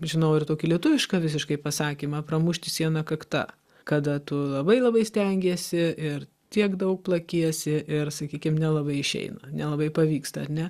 žinau ir tokį lietuvišką visiškai pasakymą pramušti sieną kakta kada tu labai labai stengiesi ir tiek daug plakiesi ir sakykim nelabai išeina nelabai pavyksta ane